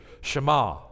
Shema